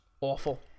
awful